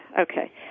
Okay